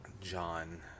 John